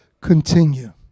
continue